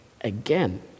again